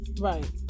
right